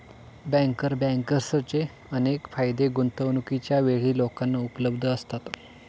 banker बँकर्सचे अनेक फायदे गुंतवणूकीच्या वेळी लोकांना उपलब्ध असतात